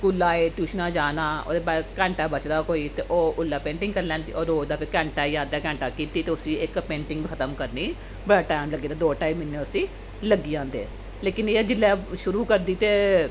स्कूला आए ट्यूशनां जाना ओहदे बाद घैंटा बचदा कोई ते ओह् ओल्लै पेंटिंग करी लैंदी ओह् रोज दा कोई घैंटा जां अद्धा घैंटा कीती ते उस्सी इक पेंटिंग खत्म करने गी बड़ा टैम ल्गगी जंदा दो ढाई म्हीने उस्सी लग्गी जंदे लेकन एह् है कि जिल्लै शुरू करदी ते